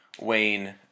wayne